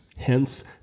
hence